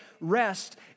rest